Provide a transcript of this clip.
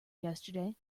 yesterday